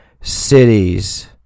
cities